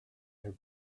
their